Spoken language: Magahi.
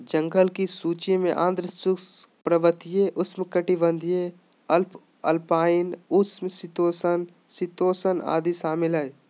जंगल की सूची में आर्द्र शुष्क, पर्वतीय, उप उष्णकटिबंधीय, उपअल्पाइन, उप शीतोष्ण, शीतोष्ण आदि शामिल हइ